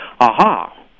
aha